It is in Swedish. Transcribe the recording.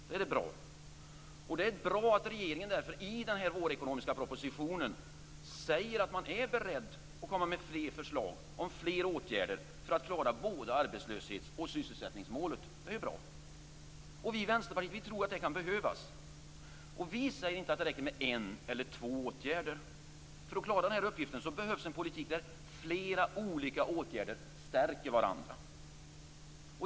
Därför är det bra att regeringen i den vårekonomiska propositionen säger att man är beredd att komma med fler förslag om fler åtgärder för att klara både arbetslöshets och sysselsättningsmålet. Det är bra. Och vi i Vänsterpartiet tror att det kan behövas. Vi säger inte att det räcker med en eller två åtgärder. För att klara uppgiften behövs en politik där flera olika åtgärder stärker varandra.